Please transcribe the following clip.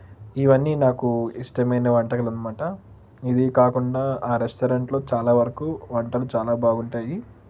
ఇవన్నీ నాకు ఇష్టమైన వంటకాలు అనమాట ఇది కాకుండా ఆ రెస్టారెంట్లో చాలా వరకు వంటలు చాలా బాగుంటాయి